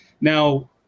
Now